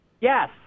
yes